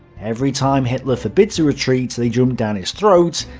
every time hitler forbids a retreat, they jump down his throat,